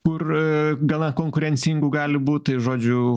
kur gana konkurencingų gali būt tai žodžiu